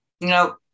No